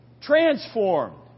Transformed